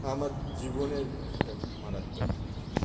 আমার জীবনের একটা মারাত্মক ঘটনা